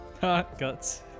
Guts